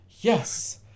Yes